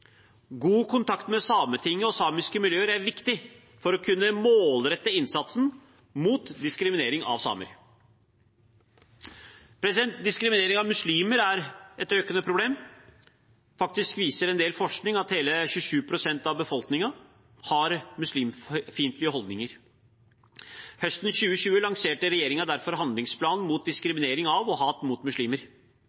God kontakt med Sametinget og samiske miljøer er viktig for å kunne målrette innsatsen mot diskriminering av samer. Diskriminering av muslimer er et økende problem. Faktisk viser en del forskning at hele 27 pst. av befolkningen i Norge har muslimfiendtlige holdninger. Høsten 2020 lanserte regjeringen derfor Handlingsplan mot